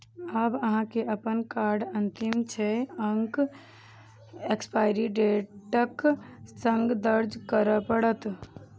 आब अहां के अपन कार्डक अंतिम छह अंक एक्सपायरी डेटक संग दर्ज करय पड़त